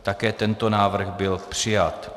Také tento návrh byl přijat.